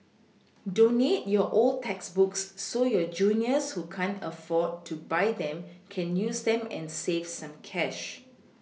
donate your old textbooks so your juniors who can't afford to buy them can use them and save some cash